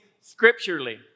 scripturally